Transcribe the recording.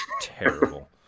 terrible